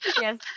Yes